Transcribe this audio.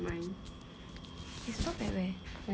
you stop at where